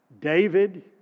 David